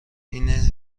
اینه